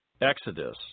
Exodus